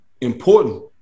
important